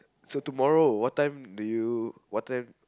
so tomorrow what time do you what time